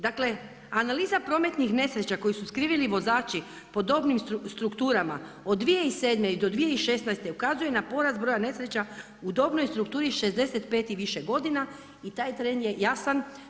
Dakle analiza prometnih nesreća koju su skrivili vozači po dobnim strukturama od 2007. do 2016. ukazuje na porast broja nesreća u dobnoj strukturi 65 i više godina i taj trend je jasan.